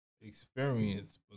experience